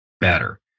better